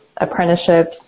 apprenticeships